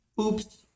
Oops